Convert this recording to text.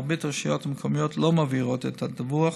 מרבית הרשויות המקומיות לא מעבירות את הדיווח,